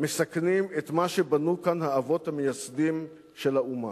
מסכנים את מה שבנו כאן האבות המייסדים של האומה.